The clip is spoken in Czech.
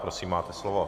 Prosím, máte slovo.